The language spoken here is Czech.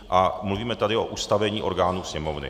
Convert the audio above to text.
A mluvíme tady o ustavení orgánů Sněmovny.